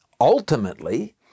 ultimately